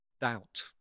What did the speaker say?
doubt